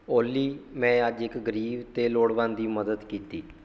ਓਲੀ ਮੈਂ ਅੱਜ ਇੱਕ ਗਰੀਬ ਅਤੇ ਲੋੜਵੰਦ ਦੀ ਮਦਦ ਕੀਤੀ